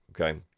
Okay